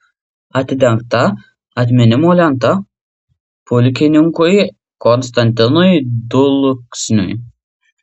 atidengta atminimo lenta pulkininkui konstantinui dulksniui